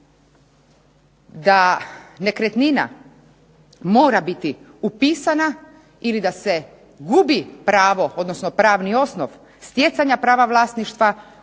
da nekretnina mora biti upisana ili da se gubi pravo, odnosno pravni osnov stjecanja prava vlasništva